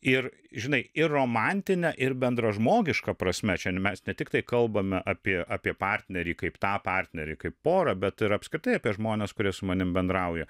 ir žinai ir romantine ir bendražmogiška prasme čia mes ne tiktai kalbame apie apie partnerį kaip tą partnerį kaip porą bet ir apskritai apie žmones kuris manim bendrauja